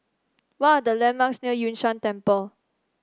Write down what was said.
what are the landmarks near Yun Shan Temple